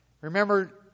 Remember